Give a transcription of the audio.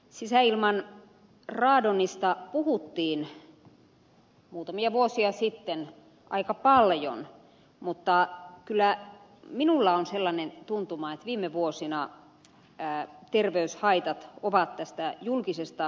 sisäilman radonista puhuttiin muutamia vuosia sitten aika paljon mutta kyllä minulla on sellainen tuntuma että viime vuosina hyvää terveyshaitat kuva kestää julkisesta